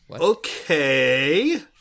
Okay